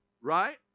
Right